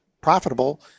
profitable